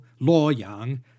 Luoyang